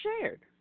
shared